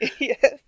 Yes